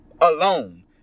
Alone